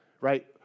right